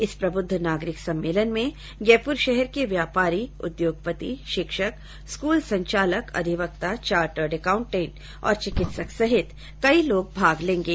इस प्रबुद्ध नागरिक सम्मेलन में जयपुर शहर के व्यापारी उद्योगपति शिक्षक स्कूल संचालक अधिवक्ता चार्टेर्ड अकाउंटेंट और चिकित्सक सहित कई लोग भाग लेंगे